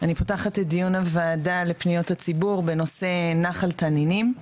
אני פותחת את דיון הוועדה לפניות הציבור בנושא נחל תנינים.